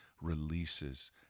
releases